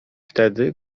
wtedy